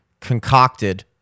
concocted